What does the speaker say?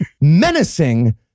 menacing